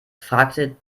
fragte